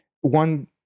one